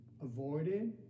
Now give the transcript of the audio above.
avoided